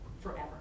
forever